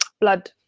blood